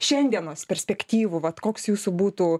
šiandienos perspektyvų vat koks jūsų būtų